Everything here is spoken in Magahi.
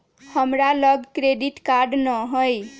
हमरा लग क्रेडिट कार्ड नऽ हइ